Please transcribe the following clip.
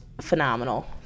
phenomenal